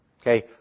Okay